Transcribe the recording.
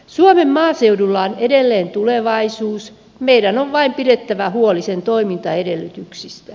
suomen maaseudulla on edelleen tulevaisuus meidän on vain pidettävä huoli sen toimintaedellytyksistä